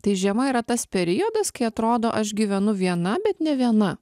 tai žiema yra tas periodas kai atrodo aš gyvenu viena bet ne viena